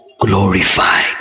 glorified